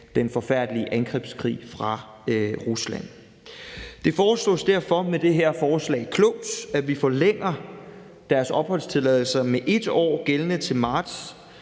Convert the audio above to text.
den forfærdelige angrebskrig fra Ruslands side. Det foreslås derfor med det her forslag klogt, at vi forlænger deres opholdstilladelse med 1 år gældende til marts